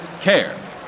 care